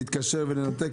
להתקשר ולנתק,